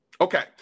Okay